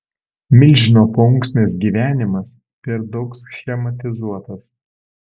milžino paunksmės gyvenimas per daug schematizuotas